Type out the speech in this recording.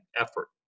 effort